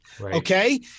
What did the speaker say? okay